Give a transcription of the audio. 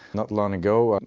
not long ago. and